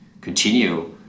continue